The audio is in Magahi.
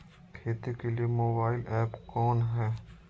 खेती के लिए मोबाइल ऐप कौन है?